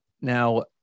Now